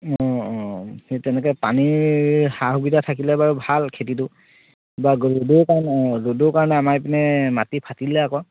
অঁ অঁ সেই তেনেকৈ পানীৰ সা সুবিধা থাকিলে বাৰু ভাল খেতিটো বা ৰ'দৰ কাৰণে অঁ ৰ'দৰ কাৰণে আমাৰ এইপিনে মাটি ফাটিলে আকৌ